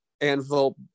Anvil